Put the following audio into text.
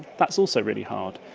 that's also really hard.